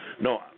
No